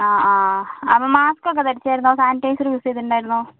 ആ ആ അപ്പോൾ മാസ്ക് ഒക്കെ ധരിച്ചായിരുന്നോ സാനിറ്റൈസർ യൂസ് ചെയ്തിട്ടുണ്ടായിരുന്നോ